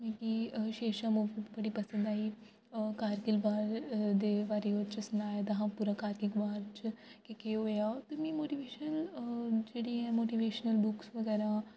मिगी शेरशाह मूवी बड़ी पसन्द आई ओह् कारगिल वॉर दे बारे ओह्दे च सनाये दा हा पूरा कारगिल वॉर च केह् होया इ'न्नी मोटिवेशनल जेह्ड़ियां मोटिवेशनल बुक्स बगैरा